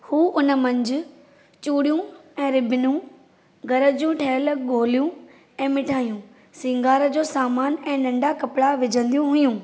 हू उन मंझि चूड़ियूं ऐं रिबनूं घर जूं ठयल गोलियूं ऐं मिठायूं सिंगार जो सामान ऐं नंढा कपड़ा विझंदियूं हुयूं